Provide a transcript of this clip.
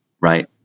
Right